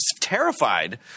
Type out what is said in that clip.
terrified